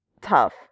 tough